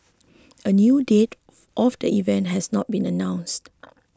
a new date of the event has not been announced